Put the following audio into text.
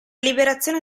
liberazione